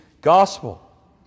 gospel